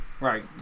Right